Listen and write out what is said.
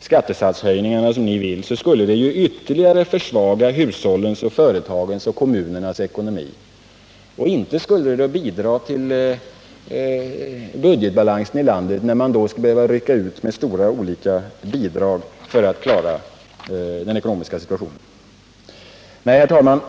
skattesatshöjningar som socialdemokraterna vill genomföra, skulle det ytterligare försvaga hushållens, företagens och kommunernas ekonomi. Inte heller skulle det bidra till att förbättra budgetbalansen i landet, eftersom staten skulle behöva rycka ut med olika, stora bidrag för att klara den ekonomiska situationen. Herr talman!